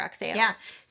Yes